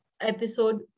episode